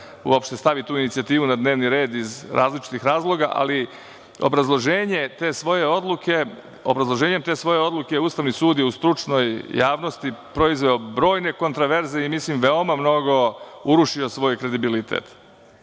uopšte stavi tu inicijativu na dnevni red iz različitih razloga. Ali, obrazloženjem te svoje odluke Ustavni sud je u stručnoj javnosti proizveo brojne kontraverze i mislim veoma mnogo urušio svoj kredibilitet.